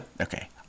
Okay